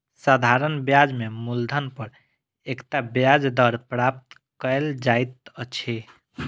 साधारण ब्याज में मूलधन पर एकता ब्याज दर प्राप्त कयल जाइत अछि